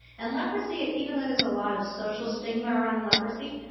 and leprosy, even though there's a lot of social stigma around leprosy,